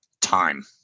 Time